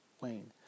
Wayne